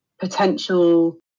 potential